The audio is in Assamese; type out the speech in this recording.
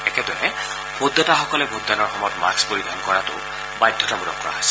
একেদৰে ভোটদাতাসকলে ভোটদানৰ সময়ত মাস্ক পৰিধান কৰাটো বাধ্যতামূলক কৰা হৈছে